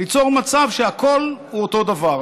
ליצור מצב שהכול הוא אותו דבר.